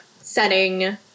setting